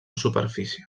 superfície